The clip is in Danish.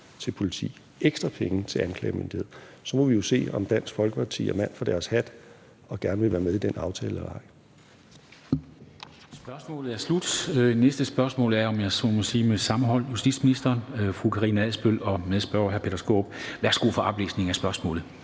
til politi, ekstra penge til anklagemyndighed. Så må vi jo se, om Dansk Folkeparti er mand for deres hat og gerne vil være med i den aftale eller ej.